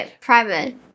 private